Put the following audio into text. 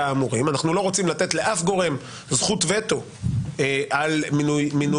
האמורים אנחנו לא רוצים לתת לשום גורם זכות וטו על המינוי.